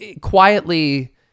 quietly